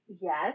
Yes